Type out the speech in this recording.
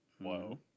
Whoa